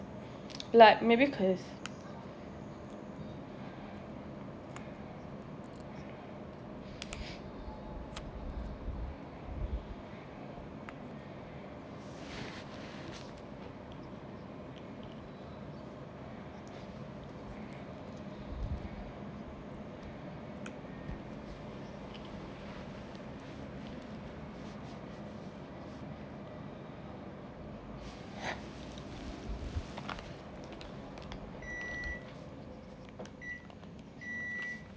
like maybe cause